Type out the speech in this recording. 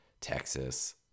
Texas